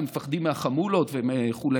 הם מפחדים מהחמולות וכו',